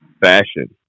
fashion